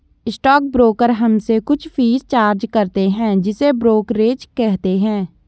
stock broker हमसे कुछ fees charge करते हैं जिसे ब्रोकरेज कहते हैं